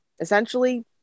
essentially